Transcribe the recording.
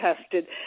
tested